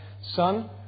son